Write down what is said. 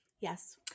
yes